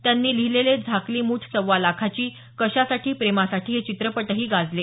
त्यांनी लिहिलेले झाकली मूठ सव्वा लाखाची कशासाठी प्रेमासाठी हे चित्रपटही गाजले